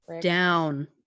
Down